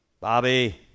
Bobby